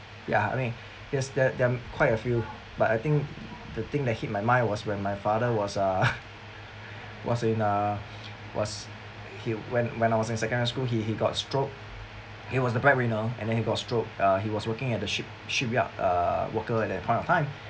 ya I mean yes there there are quite a few but I think the thing that hit my mind was when my father was uh was in uh was he when when I was in secondary school he he got stroke he was the breadwinner and then he got stroke uh he was working at the ship~ shipyard uh worker at that point of time